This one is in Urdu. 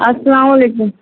السّلام علیکم